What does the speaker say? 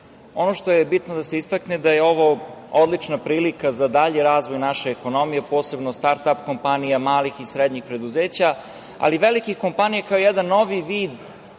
red. Ono što je bitno da se istakne da je ovo odlična prilika za dalji razvoj naše ekonomije, posebno startap kompanija, malih i srednjih preduzeća, ali i velikih kompanija koji jedan novi vid